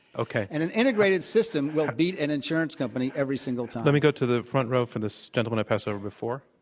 okay. and an integrated system will beat an insurance company every single time. let me go to the front row for this gentleman i passed over before.